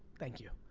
thank you.